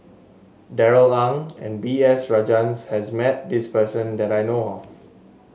Darrell Ang and B S Rajhans has met this person that I know of